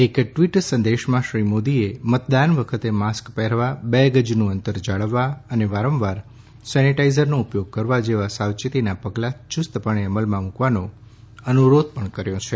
એક ટ્વીટ સંદેશમાં શ્રી મોદીએ મતદાન વખતે માસ્ક પહેરવા બે ગજનું અંતર જાળવવા અને વારંવાર સેનેટાઈઝરનો ઉપયોગ કરવા જેવા સાવચેતીનાં પગલાં યૂસ્તપણે અમલમાં મૂકવાનો અનુરોધ પણ કર્યો છે